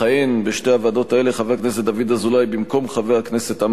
בשתי הוועדות האלה יכהן חבר הכנסת דוד